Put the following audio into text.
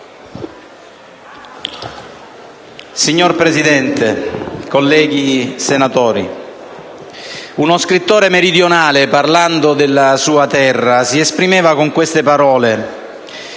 Signora Presidente, colleghi senatori, uno scrittore meridionale, parlando dalla sua terra, si esprimeva con queste parole: